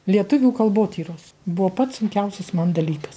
lietuvių kalbotyros buvo pats sunkiausias man dalykas